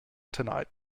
tonight